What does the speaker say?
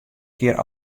kear